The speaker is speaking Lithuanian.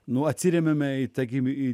nuo atsiremiame į tą gimė į